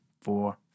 four